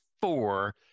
four